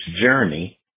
journey